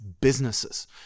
businesses